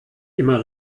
immer